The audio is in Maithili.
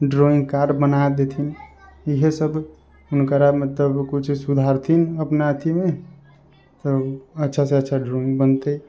ड्रॉइंगकार बना देथिन इएहे सभ हुनकरा मतलब कुछ सुधारथिन अपना अथिमे तऽ अच्छासँ अच्छा ड्रॉइंग बनतै